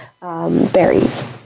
berries